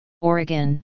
Oregon